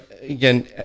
again